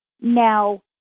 Now